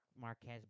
Marquez